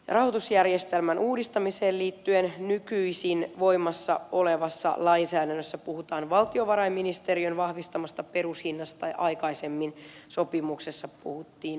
rahoitusjärjestelmän uudistamiseen liittyen nykyisin voimassa olevassa lainsäädännössä puhutaan valtiovarainministeriön vahvistamasta perushinnasta ja aikaisemmin sopimuksessa puhuttiin yksikköhinnasta